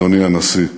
אדוני הנשיא,